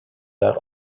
that